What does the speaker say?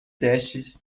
teste